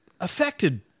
affected